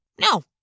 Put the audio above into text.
no